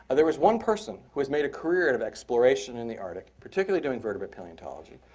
there was one person who has made a career out of exploration in the arctic, particularly doing vertebrate paleontology,